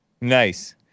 Nice